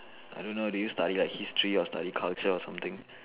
I don't know did you study like history or study culture or something